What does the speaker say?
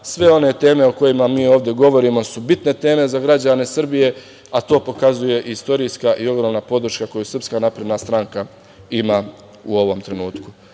Sve one teme o kojima mi ovde govorimo su bitne teme za građane Srbije, a to pokazuje istorijska i odgovorna podrška koju Srpska napredna stranka ima u ovom trenutku. Poštovane